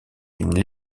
d’une